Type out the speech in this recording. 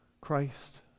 Christ